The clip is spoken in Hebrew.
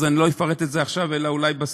אז אני לא אפרט את זה עכשיו אלא אולי בסוף,